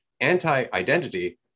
anti-identity